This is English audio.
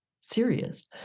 serious